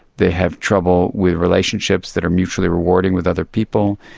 they have trouble with relationships that are mutually rewarding with other people,